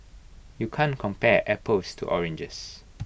you can't compare apples to oranges